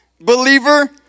believer